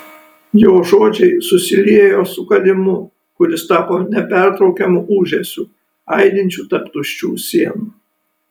jo žodžiai susiliejo su kalimu kuris tapo nepertraukiamu ūžesiu aidinčiu tarp tuščių sienų